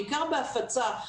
בעיקר בהפצה,